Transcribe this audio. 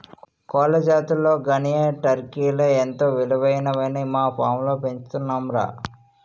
కోళ్ల జాతుల్లో గినియా, టర్కీలే ఎంతో విలువైనవని మా ఫాంలో పెంచుతున్నాంరా